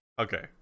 Okay